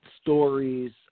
stories